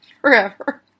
forever